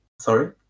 Sorry